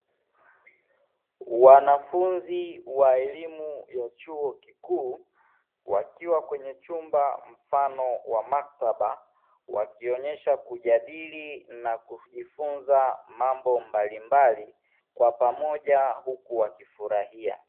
Wanafunzi wa elimu ya chuo kikuu wakiwa kwenye chumba mfano wa mkataba wakionyesha kujadili na kujifunza mambo mbalimbali kwa pamoja huku wakifurahia.